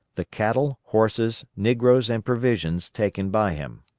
the cattle, horses, negroes, and provisions, taken by him.